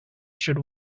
should